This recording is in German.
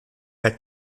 der